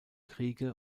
kriege